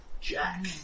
Jack